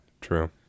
True